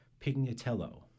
Pignatello